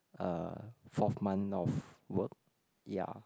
uh fourth month of work ya